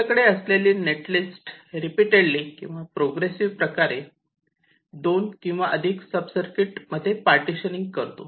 आपल्याकडे असलेली netlist repeatedly किंवा प्रोग्रेसिव प्रकारे दोन किंवा अधिक सब सर्किट मध्ये पार्टीशनिंग करतो